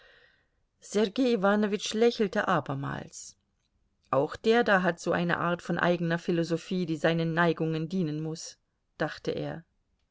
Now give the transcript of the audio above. sergei iwanowitsch lächelte abermals auch der da hat so eine art von eigener philosophie die seinen neigungen dienen muß dachte er